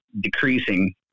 decreasing